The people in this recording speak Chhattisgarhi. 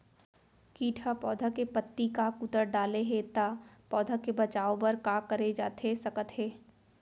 किट ह पौधा के पत्ती का कुतर डाले हे ता पौधा के बचाओ बर का करे जाथे सकत हे?